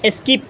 skip